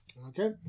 Okay